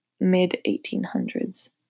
mid-1800s